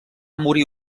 morir